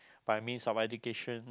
by means of education